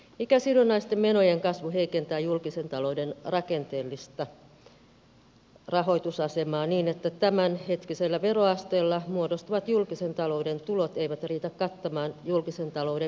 ikäsidonnaisten menojen kasvu heikentää julkisen talouden rakenteellista rahoitusasemaa niin että tämänhetkisellä veroasteella muodostuvat julkisen talouden tulot eivät riitä kattamaan julkisen talouden menoja